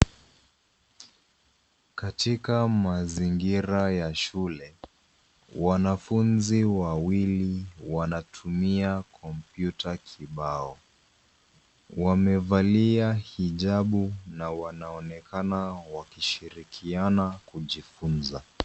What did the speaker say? Katika mazingira ya shule, wanafunzi wawili wanatumia kompyuta kibao. Wamevalia hijabu na wanaonekana wakishirikiana kujifunza.